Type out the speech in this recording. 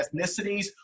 ethnicities